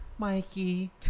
Mikey